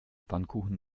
pfannkuchen